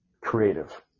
creative